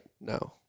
No